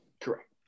Correct